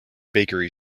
bakery